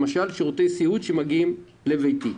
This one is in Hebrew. למשל שירותי סיעוד שמגיעים לביתו.